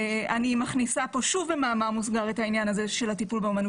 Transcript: אני מכניסה פה שוב במאמר מוסגר את העניין הזה של הטיפול באומנות.